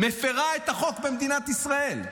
מפירה את החוק במדינת ישראל.